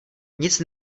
nic